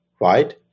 right